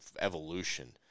evolution